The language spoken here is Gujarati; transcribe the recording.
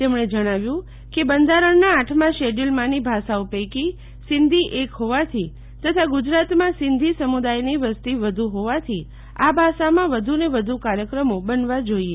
તેમણે જણાવ્યું કે બંધારણના આઠમાં શેડચુલમાં ભાષાઓ પૈકી સિંધી એક હોવાથી તથા ગુજરાતમાં સિંધી સમુદાયની વસ્તી વધુ હોવાથી આ ભાષામાં વધુને વધુ કાર્યક્રમો બનવા જોઈએ